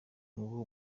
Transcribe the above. nguwo